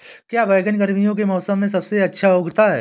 क्या बैगन गर्मियों के मौसम में सबसे अच्छा उगता है?